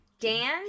Dan